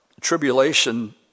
tribulation